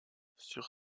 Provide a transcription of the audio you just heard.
sur